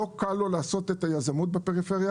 לא קל לו לעשות יזמות בפריפריה.